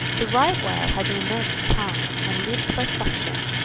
the right whale has an immense tongue, and lives by suction,